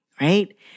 right